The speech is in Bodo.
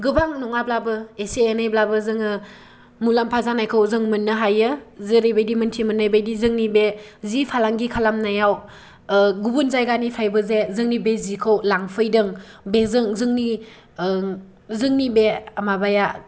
गोबां नङाब्लाबो एसे एनैब्लाबो जोङो मुलाम्फा जानायखौ जों मोननो हायो जेरैबायदि मिन्थि मोननाय बायदि जोंनि बे जि फालांगि खालामनायाव ओ गुबुन जायगानिफ्रायबो जे जोंनि बे जिखौ लांफैदों बेजों जोंनि जोंनि बे जोंनि माबाया